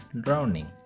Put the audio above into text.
drowning